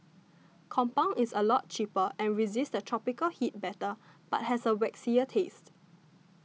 compound is a lot cheaper and resists the tropical heat better but has a waxier taste